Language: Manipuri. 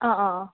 ꯑꯥ ꯑꯥ ꯑꯥ